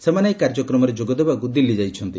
ସେମାନେ ଏହି କାର୍ଯ୍ୟକ୍ରମରେ ଯୋଗଦେବାକୁ ଦିଲ୍ଲୀ ଯାଇଛନ୍ତି